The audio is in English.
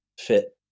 fit